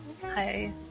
Hi